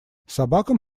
собакам